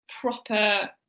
proper